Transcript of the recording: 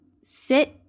Sit